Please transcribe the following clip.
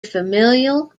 familial